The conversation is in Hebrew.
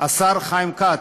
השר חיים כץ,